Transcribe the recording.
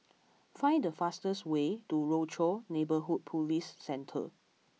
find the fastest way to Rochor Neighborhood Police Centre